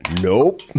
nope